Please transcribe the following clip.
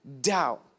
doubt